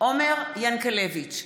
עומר ינקלביץ'